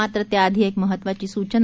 मात्र त्याआधी एक महत्त्वाची सूचना